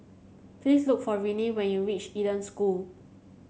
please look for Renee when you reach Eden School